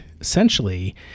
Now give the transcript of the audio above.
essentially